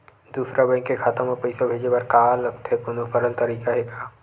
दूसरा बैंक के खाता मा पईसा भेजे बर का लगथे कोनो सरल तरीका हे का?